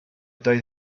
doedd